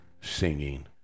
singing